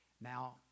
Now